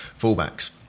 fullbacks